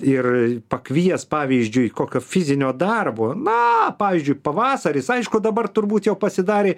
ir pakviest pavyzdžiui kokio fizinio darbo na pavyzdžiui pavasaris aišku dabar turbūt jau pasidarė